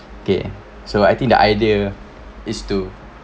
okay so I think the idea is to